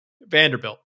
Vanderbilt